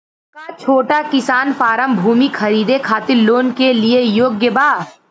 का छोटा किसान फारम भूमि खरीदे खातिर लोन के लिए योग्य बा?